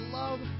love